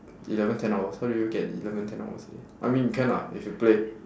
eleven ten hours how do you get eleven ten hours a day I mean can ah if you play